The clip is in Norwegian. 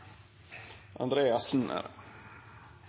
andre er